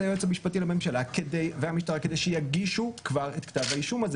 היועץ המשפטי לממשלה והמשטרה כדי שיגישו כבר את כתב האישום הזה.